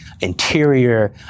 interior